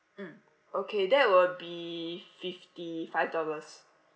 mm okay that will be fifty five dollars